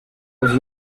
was